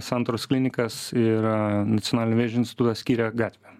santaros klinikas ir nacionalinio vėžio institutą skiria gatvė